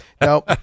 No